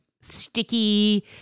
sticky